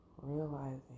realizing